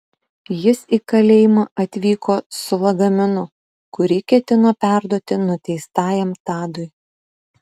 jis į kalėjimą atvyko su lagaminu kuri ketino perduoti nuteistajam tadui